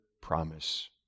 promise